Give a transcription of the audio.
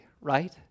right